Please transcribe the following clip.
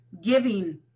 giving